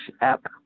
App